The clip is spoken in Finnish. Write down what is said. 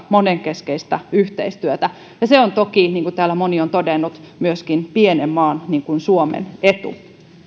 monenkeskistä yhteistyötä ja se on toki niin kuin täällä moni on todennut myöskin pienen maan niin kuin suomen etu